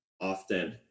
often